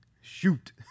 Shoot